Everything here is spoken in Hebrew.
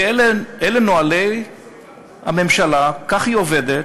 כי אלה נוהלי הממשלה, כך היא עובדת.